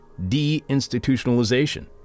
deinstitutionalization